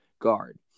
guard